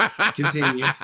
Continue